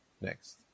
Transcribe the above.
next